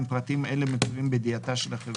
אם פרטים אלה מצויים בידיעתה של החברה.